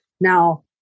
Now